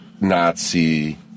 Nazi